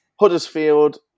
Huddersfield